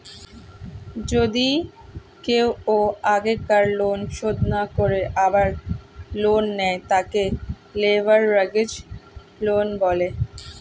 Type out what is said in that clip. যদি কেও আগেকার লোন শোধ না করে আবার লোন নেয়, তাকে লেভেরাগেজ লোন বলে